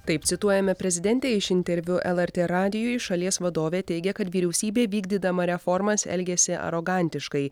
taip cituojame prezidentę iš interviu lrt radijui šalies vadovė teigia kad vyriausybė vykdydama reformas elgiasi arogantiškai